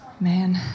man